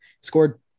scored